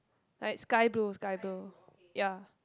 like sky blue sky blue ya